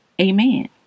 Amen